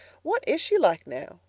what is she like now?